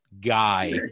guy